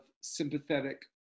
sympathetic